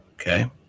Okay